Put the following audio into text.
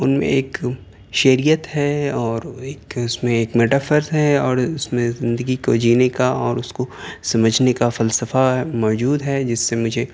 ان میں ایک شعریت ہے اور ایک اس میں ایک میٹافرس ہے اور اس میں زندگی کو جینے کا اور اس کو سمجھنے کا فلسفہ موجود ہے جس سے مجھے